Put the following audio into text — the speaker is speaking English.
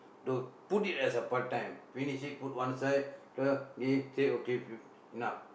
don't put it as a part-time finish it put one side the take okay enough